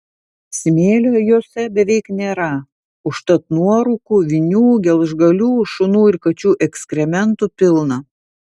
smėlio jose beveik nėra užtat nuorūkų vinių gelžgalių šunų ir kačių ekskrementų pilna